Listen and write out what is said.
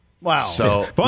Wow